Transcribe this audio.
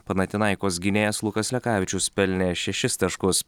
panatinaikos gynėjas lukas lekavičius pelnė šešis taškus